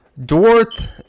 dwarf